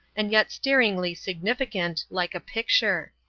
and yet staringly significant, like a picture.